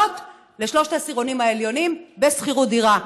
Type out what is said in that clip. לשלושת העשירונים העליונים בשכירות דירה.